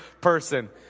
person